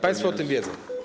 Państwo o tym wiedzą.